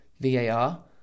VAR